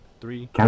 Three